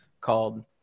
called